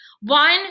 One